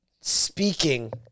speaking